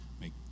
make